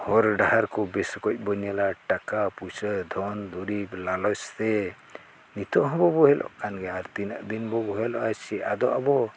ᱦᱚᱨᱼᱰᱟᱦᱟᱨ ᱠᱚ ᱵᱮᱥ ᱚᱠᱚᱡ ᱵᱚᱱ ᱧᱮᱞᱟ ᱴᱟᱠᱟᱼᱯᱩᱭᱥᱟᱹ ᱫᱷᱚᱱᱼᱫᱩᱨᱤᱵᱽ ᱞᱟᱞᱚᱪ ᱥᱮ ᱱᱤᱛᱳᱜ ᱦᱚᱸ ᱵᱚ ᱵᱚᱦᱮᱞᱚᱜ ᱠᱟᱱ ᱜᱮᱭᱟ ᱟᱨ ᱛᱤᱱᱟᱹᱜ ᱫᱤᱱ ᱵᱚ ᱵᱚᱦᱮᱞᱚᱜᱼᱟ ᱥᱮ ᱟᱫᱚ ᱟᱵᱚ